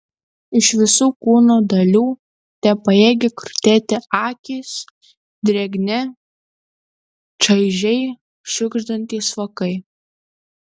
iš visų kūno dalių tepajėgė krutėti akys drėgni čaižiai šiugždantys vokai